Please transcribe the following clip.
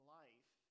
life